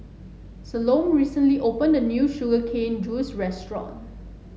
Salome recently opened a new Sugar Cane Juice Restaurant